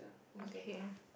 okay